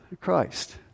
Christ